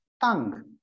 tongue